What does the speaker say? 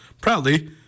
proudly